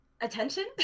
attention